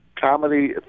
Comedy